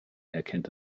erkennt